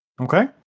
Okay